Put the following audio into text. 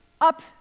up